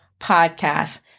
podcast